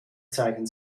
zeigen